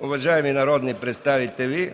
Уважаеми народни представители,